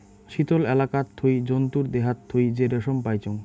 শীতল এলাকাত থুই জন্তুর দেহাত থুই যে রেশম পাইচুঙ